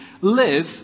live